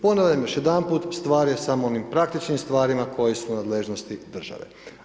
Ponavljam još jedanput, stvar je samo u onim praktičnim stvarima koje su u nadležnosti države.